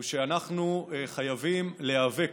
הוא שאנחנו חייבים להיאבק,